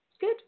Good